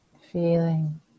feeling